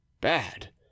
Bad